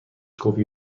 کپی